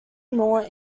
moore